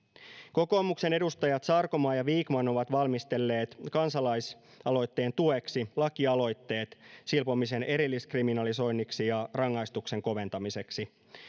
kokoomuksen edustajat sarkomaa ja vikman ovat valmistelleet kansalaisaloitteen tueksi lakialoitteet silpomisen erilliskriminalisoinniksi ja rangaistuksen koventamiseksi